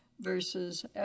versus